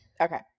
Okay